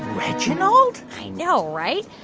reginald? i know, right?